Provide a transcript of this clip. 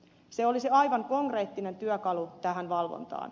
se olisi aivan konkreettinen työkalu tähän valvontaan